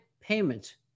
payment